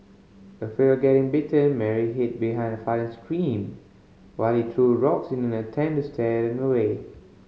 afraid of getting bitten Mary hid behind her father and screamed while he threw rocks in an attempt to scare them away